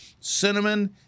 cinnamon